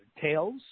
tails